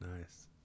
Nice